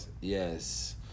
Yes